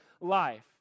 life